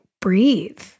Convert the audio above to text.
breathe